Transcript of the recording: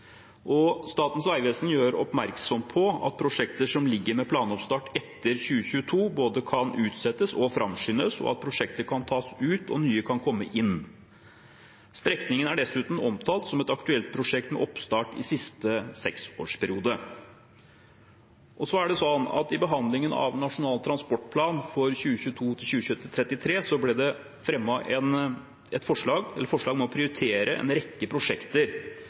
Statens vegvesen gjør oppmerksom på at prosjekter som ligger med planoppstart etter 2022, kan både utsettes og framskyndes, og at prosjekter kan tas ut og nye kan komme inn. Strekningen er dessuten omtalt som et aktuelt prosjekt med oppstart i siste seksårsperiode. I behandlingen av Nasjonal transportplan 2022–2033 ble det fremmet et forslag om å prioritere en rekke prosjekter